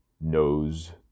knows